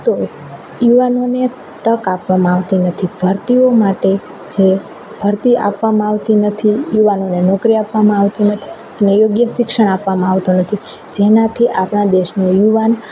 તો યુવાનોને તક આપવામાં આવતી નથી ભરતીઓ માટે જે ભરતી આપવામાં આવતી નથી યુવાનોને નોકરી આપવામાં આવતી નથી અને યોગ્ય શિક્ષણ આપવામાં આવતું નથી જેનાથી આપણા દેશનો યુવાન